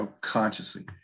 consciously